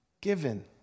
given